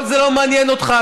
כל זה לא מעניין אותך,